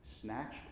snatched